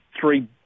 three